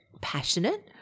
passionate